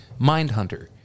Mindhunter